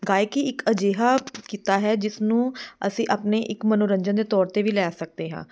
ਗਾਇਕੀ ਇੱਕ ਅਜਿਹਾ ਕਿੱਤਾ ਹੈ ਜਿਸ ਨੂੰ ਅਸੀਂ ਆਪਣੇ ਇੱਕ ਮਨੋਰੰਜਨ ਦੇ ਤੌਰ 'ਤੇ ਵੀ ਲੈ ਸਕਦੇ ਹਾਂ